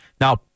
Now